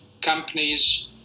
companies